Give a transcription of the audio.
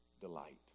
delight